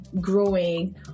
growing